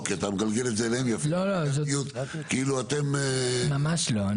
כי אתה מגלגל את זה אליהם כאילו שאתם --- ממש לא.